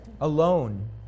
alone